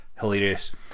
Hilarious